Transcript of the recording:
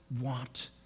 want